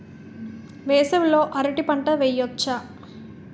వేసవి లో అరటి పంట వెయ్యొచ్చా?